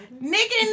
Nikki